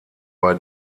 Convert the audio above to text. bei